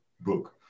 book